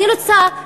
אני רוצה,